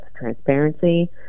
transparency